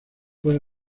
fue